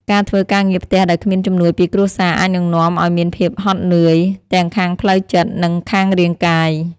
ការធ្វើការងារផ្ទះដោយគ្មានជំនួយពីគ្រួសារអាចនឹងនាំឱ្យមានភាពហត់នឿយ ទាំងខាងផ្លូវចិត្ត និងខាងរាងកាយ។